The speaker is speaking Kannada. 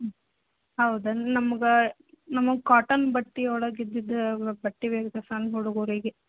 ಹ್ಞೂ ಹೌದನು ನಮ್ಗೆ ನಮ್ಗ ಕ್ವಾಟನ್ ಬಟ್ಟೆ ಒಳಗೆ ಇದ್ದಿದ್ದ ಬಟ್ಟೆ ಬೇಕು ಸಣ್ಣ ಹುಡುಗುರಿಗೆ